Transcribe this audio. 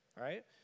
right